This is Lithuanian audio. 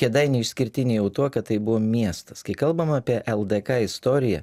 kėdainiai išskirtiniai jau tuo kad tai buvo miestas kai kalbama apie ldk istoriją